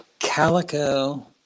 Calico